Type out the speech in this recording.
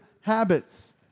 habits